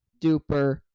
duper